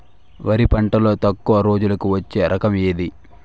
వరి పంటలో తక్కువ రోజులకి వచ్చే రకం ఏది?